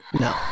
No